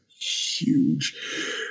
Huge